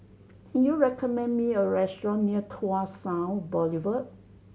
can you recommend me a restaurant near Tua South Boulevard